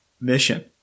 mission